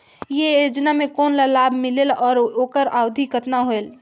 ये योजना मे कोन ला लाभ मिलेल और ओकर अवधी कतना होएल